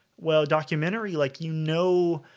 well documentary like, you know